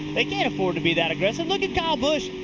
they can't afford to be that aggressive. look at kyle busch,